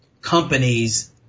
companies